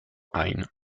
heine